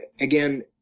again